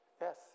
yes